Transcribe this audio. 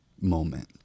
moment